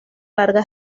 larga